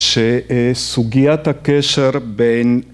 ‫שסוגיית הקשר בין...